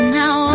now